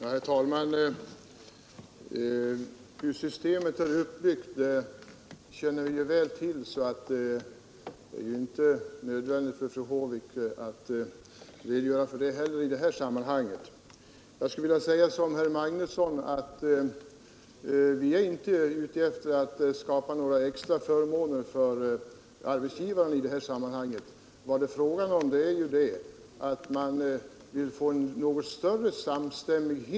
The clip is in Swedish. Herr talman! Hur systemet uppbyggt det känner vi ju väl till. Det är inte nödvändigt för fru Håvik att här redogöra för detta. Jag vill som herr Magnusson i Nennesholm understryka att vi inte är ute efter att skapa några extra förmåner för arbetsgivarna. Det är fråga om att få en större samstämmighet.